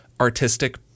artistic